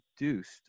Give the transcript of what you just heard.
reduced